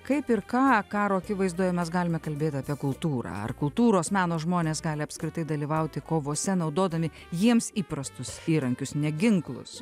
kaip ir ką karo akivaizdoje mes galime kalbėt apie kultūrą ar kultūros meno žmonės gali apskritai dalyvauti kovose naudodami jiems įprastus įrankius ne ginklus